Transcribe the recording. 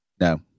No